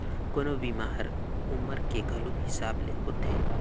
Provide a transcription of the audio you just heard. कोनो बीमा हर उमर के घलो हिसाब ले होथे